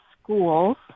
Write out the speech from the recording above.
schools